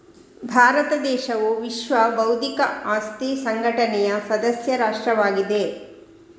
ಭಾರತ ದೇಶವು ವಿಶ್ವ ಬೌದ್ಧಿಕ ಆಸ್ತಿ ಸಂಘಟನೆಯ ಸದಸ್ಯ ರಾಷ್ಟ್ರವಾಗಿದೆ